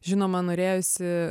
žinoma norėjosi